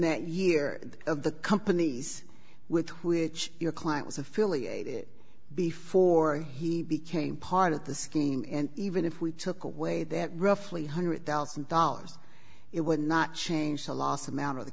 that year of the companies with which your client was affiliated before he became part of the scheme and even if we took away that roughly a one hundred thousand dollars it would not change the last amount of the